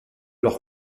leur